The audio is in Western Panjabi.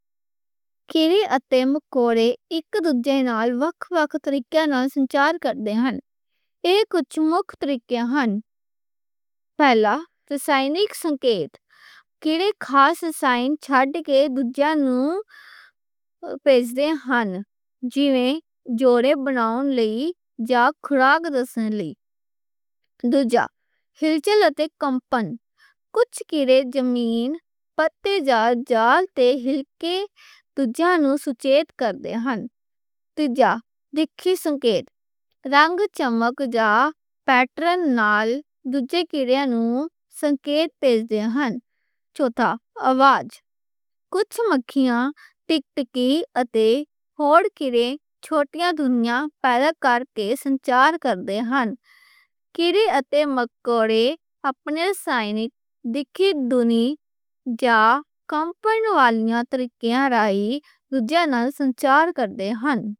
کیڑے مکوڑے اک دوجے نال وکھ وکھ طریقیاں نال سنچار کردے ہن۔ ایہہ کجھ مکھ طریقے ہن۔ پہلا، رسائنک سنکیت: کیڑے خاص رسائن چھڈ کے دوجیاں نوں پہنچاؤندے ہن۔ جیوں، جوڑے بناؤن لئی جاں خوراک دسن لئی۔ دوجا، ہلچل تے کمپن: کجھ کیڑے زمین یا جال تے ہل کے دوجیاں نوں سوچیت کردے ہن۔ تیجا، دکھائی سنکیت: رنگ، چمک جاں پیٹرن نال دوجیاں نوں سنکیت پہنچاؤندے ہن۔ چوتھا، آواز: کجھ مکھیاں تے ہور کیڑے چھوٹیاں آوازاں پیدا کرکے سنچار کردے ہن۔ کیڑے تے مکوڑے اپنے رسائنک، دکھائی جاں کمپن والیاں طریقیاں راہی دوجیاں نال سنچار کردے ہن۔